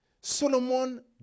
Solomon